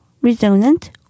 resonant